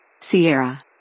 Sierra